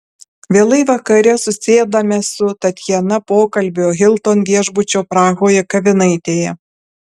vėlai vakare susėdame su tatjana pokalbio hilton viešbučio prahoje kavinaitėje